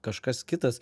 kažkas kitas